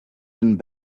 and